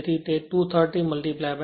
તેથી તે 230 0